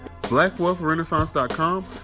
BlackWealthRenaissance.com